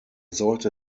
sollte